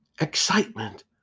excitement